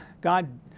God